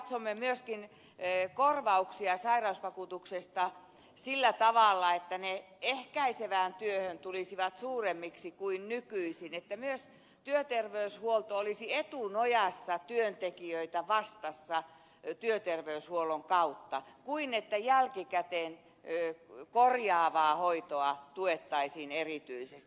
me katsomme myöskin korvauksia sairausvakuutuksesta sillä tavalla että ne ehkäisevään työhön tulisivat suuremmiksi kuin nykyisin että myös työterveyshuolto olisi etunojassa työntekijöitä vastassa eikä niin että jälkikäteen korjaavaa hoitoa tuettaisiin erityisesti